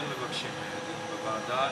כן מבקשים דיון בוועדה,